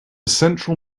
central